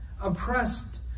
oppressed